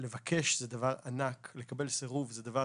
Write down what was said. ולבקש זה דבר ענק, לקבל סירוב זה דבר